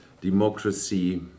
democracy